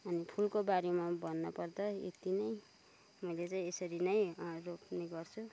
अनि फुलको बारेमा भन्नुपर्दा यति नै मैले चाहिँ यसरी नै रोप्ने गर्छु